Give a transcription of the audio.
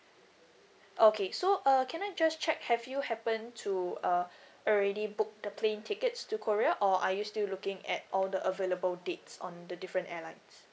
okay so uh can I just check have you happen to uh already book the plane tickets to korea or are you still looking at all the available dates on the different airlines